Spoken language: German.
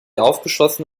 aufgeschlossen